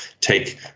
take